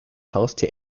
haustier